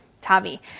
Tavi